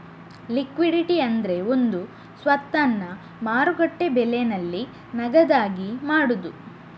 liquidity ಅಂದ್ರೆ ಒಂದು ಸ್ವತ್ತನ್ನ ಮಾರುಕಟ್ಟೆ ಬೆಲೆನಲ್ಲಿ ನಗದಾಗಿ ಮಾಡುದು